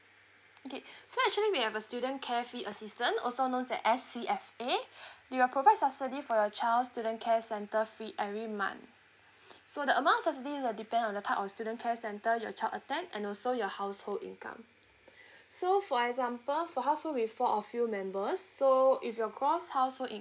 okay so actually we have a student care fee assistant also knows as S_C_F_A we will provides subsidy for your child student care center fee every month so the amount subsidy will depend on the type of student care center your child attend and also your household income so for example for household with four or few members so if your gross household income